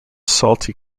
salty